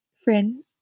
Friend